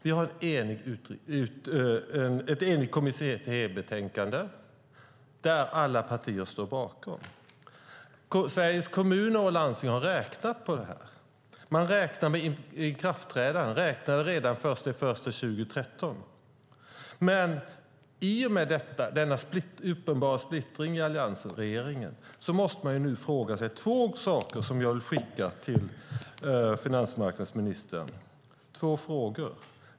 Vi har ett enigt kommittébetänkande som alla partier står bakom. Sveriges Kommuner och Landsting har räknat på det här, och man räknade med ikraftträdande redan den 1 januari 2013. I och med denna uppenbara splittring i alliansregeringen vill jag skicka två frågor till finansmarknadsministern.